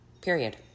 Period